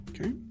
Okay